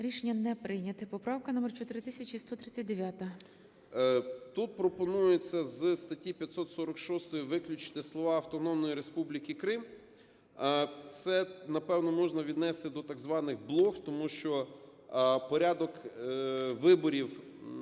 Рішення не прийнято. Поправка номер 4139. 17:49:37 СИДОРОВИЧ Р.М. Тут пропонується зі статті 546 виключити слова "Автономної Республіки Крим". Це, напевно, можна віднести до так званих "блох", тому що порядок виборів